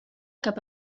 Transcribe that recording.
cap